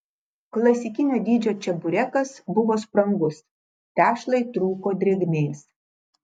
klasikinio dydžio čeburekas buvo sprangus tešlai trūko drėgmės